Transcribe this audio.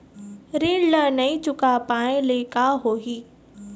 ऋण ला नई चुका पाय ले का होही?